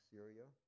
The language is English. Syria